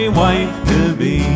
wife-to-be